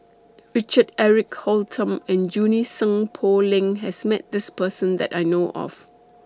Richard Eric Holttum and Junie Sng Poh Leng has Met This Person that I know of